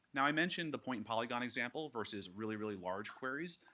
now i mentioned the point and polygon example versus really, really large queries.